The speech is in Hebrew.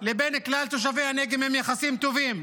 וכלל תושבי הנגב הם יחסים טובים.